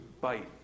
Bite